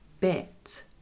bit